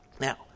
Now